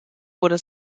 wurde